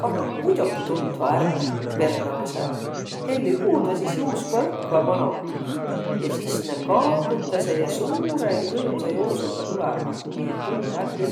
Kanaq muidoki tundvaq ärq pernaasõ. Hellü kuuldvaq, sis juuskvaq õkva manoq. Ja sis nääq kaagutasõq ja suurõ rõõmsa joosugaq tulõvaq. Nii et tundvaq ärq külq.